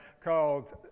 called